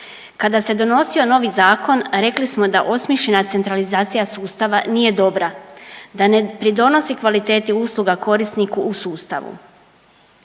Kada se donosio novi zakon rekli smo da osmišljena centralizacija sustava nije dobra, da ne pridonosi kvaliteti usluga korisniku u sustavu.